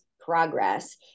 progress